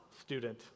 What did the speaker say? student